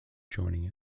joining